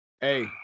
Hey